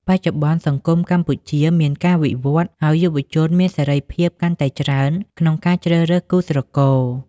បច្ចុប្បន្នសង្គមកម្ពុជាមានការវិវត្តន៍ ហើយយុវជនមានសេរីភាពកាន់តែច្រើនក្នុងការជ្រើសរើសគូស្រករ។